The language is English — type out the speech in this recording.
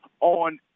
on